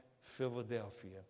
Philadelphia